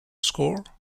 score